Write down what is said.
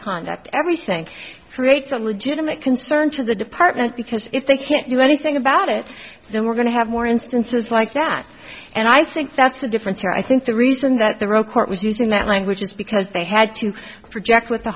conduct everything creates a legitimate concern to the department because if they can't do anything about it then we're going to have more instances like that and i think that's the difference here i think the reason that the roe court was using that language is because they had to project with the